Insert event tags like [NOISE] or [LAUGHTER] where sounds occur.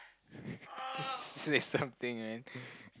[LAUGHS] say something man